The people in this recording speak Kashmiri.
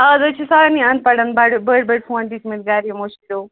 آز حظ چھِ سارنی اَن پڑن بَڑِ بٔڑۍ بٔڑۍ فون دِتمٕتۍ گرِ یِمو شُریو